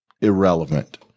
irrelevant